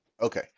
Okay